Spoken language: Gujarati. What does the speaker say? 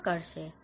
કોણ કરશે